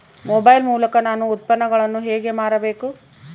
Mobile ಮೂಲಕ ನಾನು ಉತ್ಪನ್ನಗಳನ್ನು ಹೇಗೆ ಮಾರಬೇಕು?